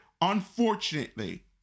unfortunately